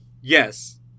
Yes